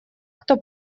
кто